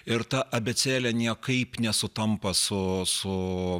ir ta abėcėlė niekaip nesutampa su